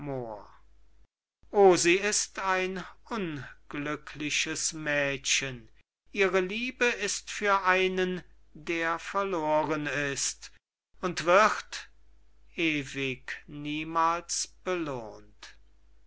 o sie ist ein unglückliches mädchen ihre liebe ist für einen der verloren ist und wird ewig niemals belohnt